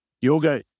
Yoga